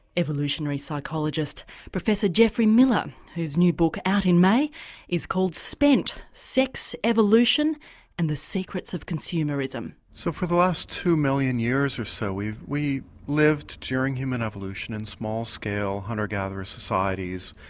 evolutionary psychologist professor geoffrey miller, whose new book out in may is called spent sex, evolution and the secrets of consumerism. so for the last two million years or so we've lived during human evolution in small scale hunter gatherer societies,